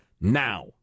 now